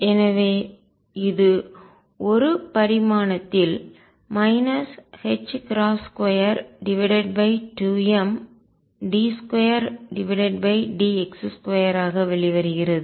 எனவே இது 1 பரிமாணத்தில் 22md2dx2 ஆக வெளிவருகிறது